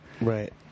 Right